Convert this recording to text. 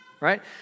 right